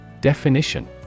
Definition